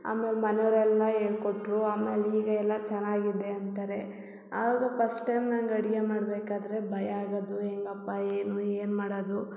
ಆಮೇಲೆ ಮನೆವರೆಲ್ಲ ಹೇಳ್ಕೊಟ್ರು ಆಮೇಲೆ ಈಗ ಎಲ್ಲ ಚೆನ್ನಾಗಿದೆ ಅಂತಾರೆ ಆವಾಗ ಫಸ್ಟ್ ಟೈಮ್ ನಂಗೆ ಅಡುಗೆ ಮಾಡಬೇಕಾದ್ರೆ ಭಯ ಆಗೋದು ಹೇಗಪ್ಪ ಏನು ಏನು ಮಾಡೋದು